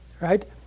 right